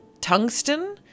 tungsten